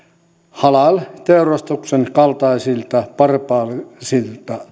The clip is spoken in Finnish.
halal teurastuksen kaltaisilta barbaarisilta